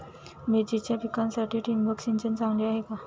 मिरचीच्या पिकासाठी ठिबक सिंचन चांगले आहे का?